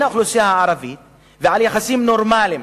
האוכלוסייה הערבית ועל יחסים נורמליים,